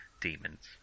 demons